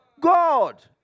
God